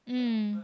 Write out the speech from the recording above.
um